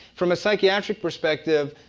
from a psychiatric perspective,